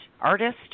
Artist